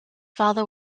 father